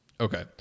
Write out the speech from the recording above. Okay